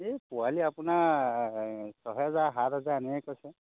এই পোৱালি আপোনাৰ ছহেজাৰ সাতহেজাৰ এনেকৈ কৈছে